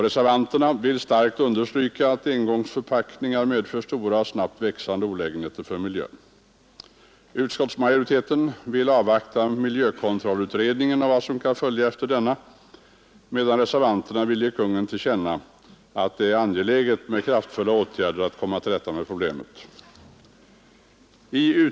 Reservanterna ”vill starkt understryka att engångsförpackningar medför stora och snabbt växande olägenhter för miljön”. Utskottsmajoriteten vill avvakta miljökontrollutredningen och vad som kan följa efter denna, medan reservanterna vill ge Kungl. Maj:t till känna att det är angeläget med kraftfulla åtgärder för att komma till rätta med problemet.